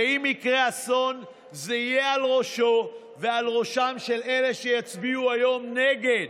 ואם יקרה אסון זה יהיה על ראשו ועל ראשם של אלה שיצביעו היום נגד.